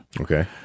okay